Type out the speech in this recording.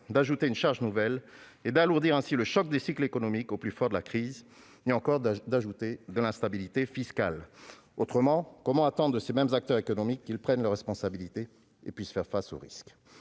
d'ajouter une charge nouvelle et d'alourdir le choc des cycles économiques au plus fort de la crise. Il ne doit pas non plus créer de l'instabilité fiscale. Autrement, comment pourrions-nous attendre de ces mêmes acteurs économiques qu'ils prennent leurs responsabilités et puissent faire face aux risques ?